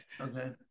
Okay